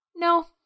No